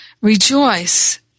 Rejoice